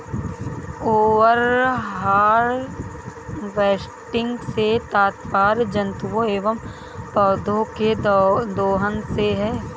over harvesting से तात्पर्य जंतुओं एंव पौधौं के दोहन से है